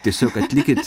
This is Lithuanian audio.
tiesiog atlikit